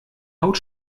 haut